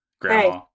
Grandma